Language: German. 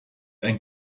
ein